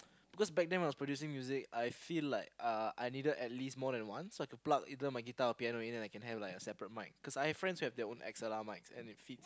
cause back then when I was producing music I feel like uh I needed at least more than one so that I can pluck either my guitar or piano in and then I can have like a separate mic cause I have friends who have their own XLR mics and it fits